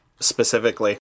Specifically